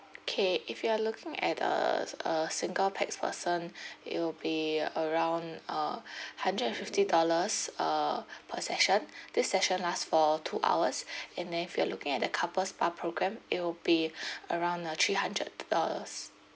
okay if you are looking at uh uh single pax person it'll be around uh hundred and fifty dollars uh per session this session last for two hours and then if you are looking at the couple spa program it'll be around uh three hundred dollars